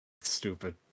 stupid